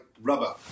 rubber